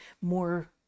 more